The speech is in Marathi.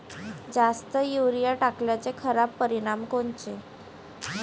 जास्त युरीया टाकल्याचे खराब परिनाम कोनचे?